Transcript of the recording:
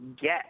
get